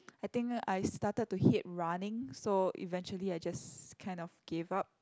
I think I started to hate running so eventually I just kind of gave up